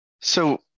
So-